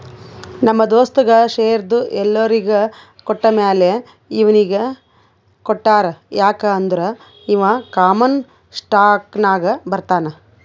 ನಮ್ ದೋಸ್ತಗ್ ಶೇರ್ದು ಎಲ್ಲೊರಿಗ್ ಕೊಟ್ಟಮ್ಯಾಲ ಇವ್ನಿಗ್ ಕೊಟ್ಟಾರ್ ಯಾಕ್ ಅಂದುರ್ ಇವಾ ಕಾಮನ್ ಸ್ಟಾಕ್ನಾಗ್ ಬರ್ತಾನ್